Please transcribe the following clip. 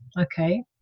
okay